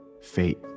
fate